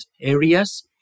areas